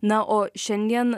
na o šiandien